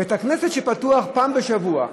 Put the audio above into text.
בית-כנסת שפתוח פעם בשבוע,